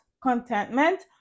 contentment